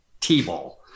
T-ball